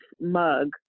mug